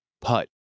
Put